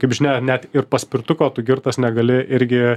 kaip žinia net ir paspirtuko tu girtas negali irgi